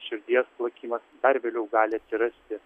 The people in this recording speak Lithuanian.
širdies plakimas dar vėliau gali atsirasti